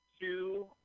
two